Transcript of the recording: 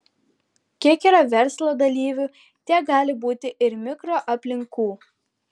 kiek yra verslo dalyvių tiek gali būti ir mikroaplinkų